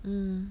mm